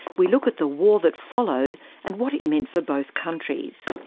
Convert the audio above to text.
we look at the war that followed and what it meant for both countries.